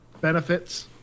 benefits